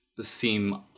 seem